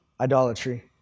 idolatry